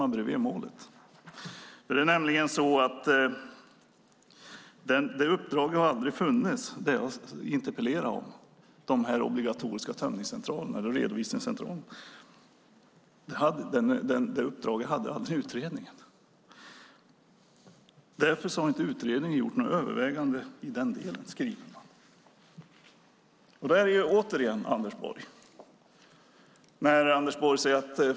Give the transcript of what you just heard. Den utredningen har aldrig haft det uppdrag som jag interpellerade om, nämligen de obligatoriska redovisningscentralerna. Därför har utredningen inte skrivit något om några överväganden om det.